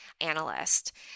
analyst